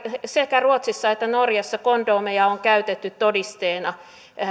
sekä ruotsissa että norjassa kondomeja on käytetty todisteena